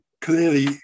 clearly